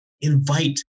Invite